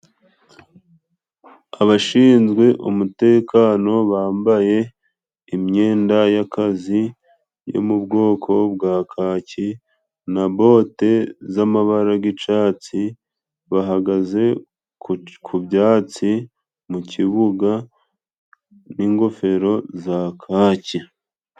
Abashinzwe umutekano bambaye imyenda y'akazi yo mu bwoko bwa kaki nabote zamabara gicatsi bahagaze ku byatsi mu kibuga ningofero za kake.